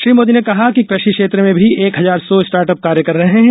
श्री मोदी ने कहा कि कृषि क्षेत्र में भी एक हजार सौ स्टार्टअप कार्य कर रहे हैं